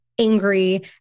angry